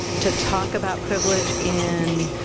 to talk about privilege in,